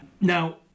Now